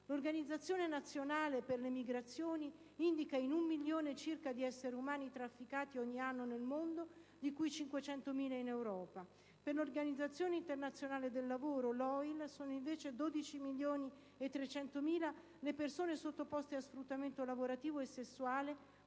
L'Organizzazione internazionale per le migrazioni indica in un milione circa gli esseri umani trafficati ogni anno nel mondo, di cui 500.000 in Europa. Per l'Organizzazione internazionale del lavoro (OIL) sono invece 12.300.000 le persone sottoposte a sfruttamento lavorativo e sessuale,